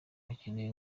hakenewe